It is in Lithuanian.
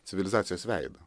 civilizacijos veidą